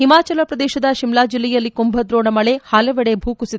ಹಿಮಾಚಲ ಪ್ರದೇಶದ ಶಿಮ್ಲಾ ಜಿಲ್ಲೆಯಲ್ಲಿ ಕುಂಭದ್ರೋಣ ಮಳೆ ಹಲವೆಡೆ ಭೂಕುಸಿತ